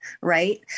right